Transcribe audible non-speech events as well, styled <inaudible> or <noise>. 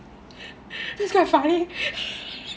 <laughs> that's like funny